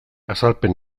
azalpen